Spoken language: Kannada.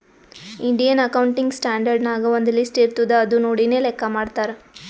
ಇಂಡಿಯನ್ ಅಕೌಂಟಿಂಗ್ ಸ್ಟ್ಯಾಂಡರ್ಡ್ ನಾಗ್ ಒಂದ್ ಲಿಸ್ಟ್ ಇರ್ತುದ್ ಅದು ನೋಡಿನೇ ಲೆಕ್ಕಾ ಮಾಡ್ತಾರ್